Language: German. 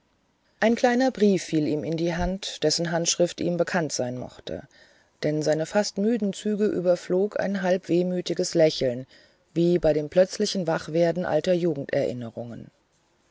ein kleiner brief fiel ihm in die hand dessen handschrift ihm bekannt sein mochte denn seine fast müden züge überflog ein halb wehmütiges lächeln wie bei dem plötzlichen wachwerden alter jugenderinnerungen